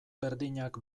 berdinak